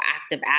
active